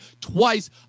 twice